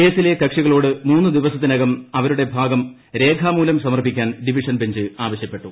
കേസിലെ കക്ഷികളോട് മൂന്നു ദിവസത്തിനകം അവരുടെ ഭാഗം രേഖാമൂലം സമർപ്പിക്കാൻ ഡിവിഷൻ ബഞ്ച് ആവശ്യപ്പെട്ടു